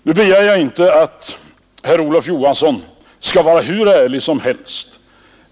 Nu begär jag inte att herr Olof Johansson skall vara hur ärlig som helst.